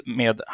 med